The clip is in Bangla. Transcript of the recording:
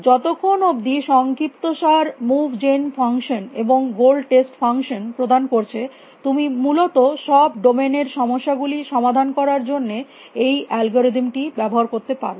যতক্ষণ অবধি সংক্ষিপ্তসার মুভ জেন ফাংশন এবং গোল টেস্ট ফাংশন প্রদান করছে তুমি মূলত সব ডোমেইন এর সমস্যা গুলি সমাধান করার জন্য এই অ্যালগরিদম টি ব্যবহার করতে পারো